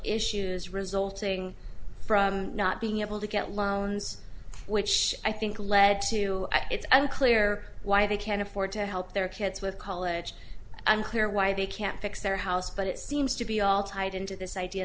issues resulting from not being able to loans which i think led to it's unclear why they can't afford to help their kids with college unclear why they can't fix their house but it seems to be all tied into this idea